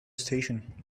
station